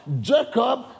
Jacob